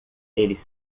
eles